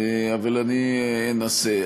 אבל אני אנסה.